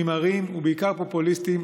נמהרים ובעיקר פופוליסטיים.